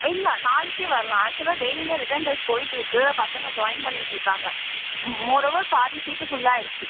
இல்லை நாளைக்கே வரலாம் ஆக்சுவலாக டெயிலியுமே ரிட்டன் டெஸ்ட் போயிட்டுருக்கு பசங்க ஜாயின் பண்ணிக்கிட்டு இருக்காங்க மோர் ஓவர் பாது சீட்டு ஃபுல் ஆயிடுச்சு